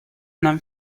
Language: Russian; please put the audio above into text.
нам